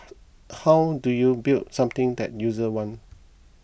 how do you build something that users want